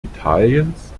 italiens